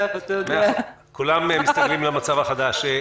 כולם מסתגלים למצב החדש.